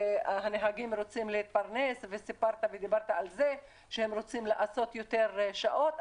שהנהגים רוצים להתפרנס וסיפרת ודיברת על זה שהם רוצים לעשות יותר שעות,